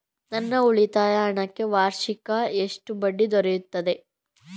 ನನ್ನ ಉಳಿತಾಯ ಹಣಕ್ಕೆ ವಾರ್ಷಿಕ ಎಷ್ಟು ಬಡ್ಡಿ ದೊರೆಯುತ್ತದೆ?